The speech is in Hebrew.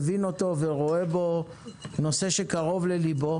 מבין אותו ורואה בו נושא שקרוב ללבו.